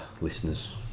listeners